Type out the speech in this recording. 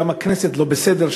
גם הכנסת לא בסדר,